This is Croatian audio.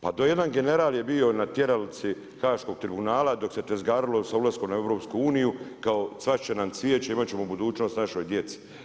Pa to je jedan general bio na tjeralici Haškog tribunala, dok se tizgarilo sa ulaskom u EU, kao cvasti će nam cvijeće, imati ćemo budućnost našoj djeci.